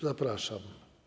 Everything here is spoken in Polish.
Zapraszam.